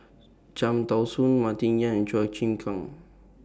Cham Tao Soon Martin Yan Chua Chim Kang